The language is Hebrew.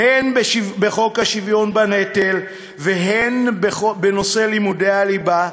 הן בחוק השוויון בנטל והן בנושא לימודי הליבה,